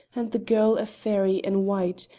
and the girl a fairy in white,